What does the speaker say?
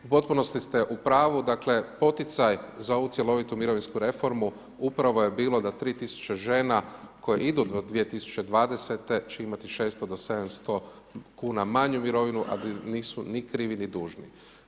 U potpunosti ste u pravu, dakle, poticaj za ovu cjelovitu mirovinsku reformu, upravo je bilo da 3000 žena koja idu do 2020. će imati 600-700 kn manju mirovinu, a nisu ni krivi ni dužni.